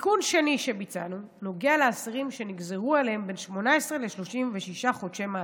תיקון שני שביצענו נוגע לאסירים שנגזרו עליהם בין 18 ל-36 חודשי מאסר.